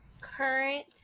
current